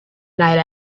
night